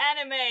anime